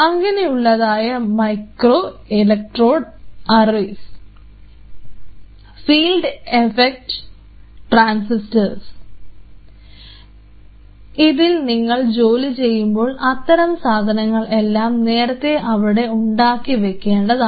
അങ്ങനെയുള്ളതായ microelectrode arrays field effect transistor ഇതിൽ നിങ്ങൾ ജോലി ചെയ്യുമ്പോൾ അത്തരം സാധനങ്ങൾ എല്ലാം നേരത്തെ അവിടെ ഉണ്ടാക്കി വെക്കേണ്ടതാണ്